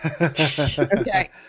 Okay